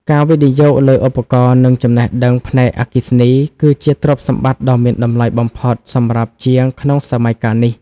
ការវិនិយោគលើឧបករណ៍ និងចំណេះដឹងផ្នែកអគ្គិសនី គឺជាទ្រព្យសម្បត្តិដ៏មានតម្លៃបំផុតសម្រាប់ជាងក្នុងសម័យកាលនេះ។